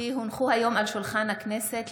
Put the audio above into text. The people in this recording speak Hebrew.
כי הונחו היום על שולחן הכנסת,